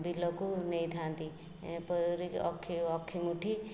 ବିଲକୁ ନେଇଥାଆନ୍ତି ଏପରିକି ଅକ୍ଷି ଅକ୍ଷି ମୁଠି